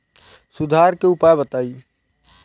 सुधार के उपाय बताई?